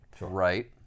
Right